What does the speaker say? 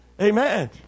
Amen